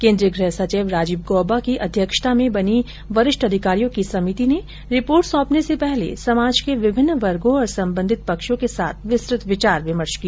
केंद्रीय गृहसचिव राजीव गौबा की अध्यक्षता में बनी वरिष्ठ अधिकारियों की समिति ने रिपोर्ट सौंपने से पहले समाज के विभिन्न वर्गों और संबंधित पक्षों के साथ विस्तुत विचार विमर्श किया